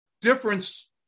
difference